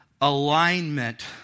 alignment